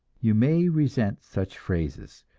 you may resent such phrases,